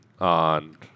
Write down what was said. on